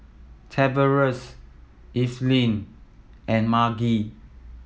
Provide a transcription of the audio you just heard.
Tavares Evelyn and Margy